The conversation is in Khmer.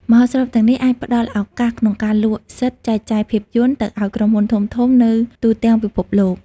មហោស្រពទាំងនេះ អាចផ្តល់ឱកាសក្នុងការលក់សិទ្ធិចែកចាយភាពយន្តទៅឲ្យក្រុមហ៊ុនធំៗនៅទូទាំងពិភពលោក។